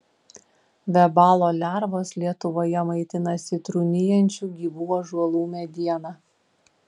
vabalo lervos lietuvoje maitinasi trūnijančia gyvų ąžuolų mediena